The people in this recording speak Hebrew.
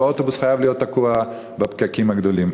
ואוטובוס חייב להיות תקוע בפקקים הגדולים.